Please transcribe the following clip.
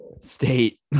State